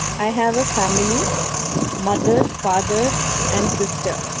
i have a family mother, father and sister.